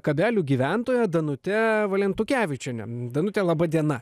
kabelių gyventoja danute valentukevičiene danute laba diena